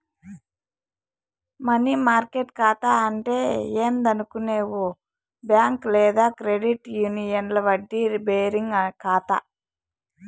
money market కాతా అంటే ఏందనుకునేవు బ్యాంక్ లేదా క్రెడిట్ యూనియన్ల వడ్డీ బేరింగ్ కాతా